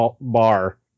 Bar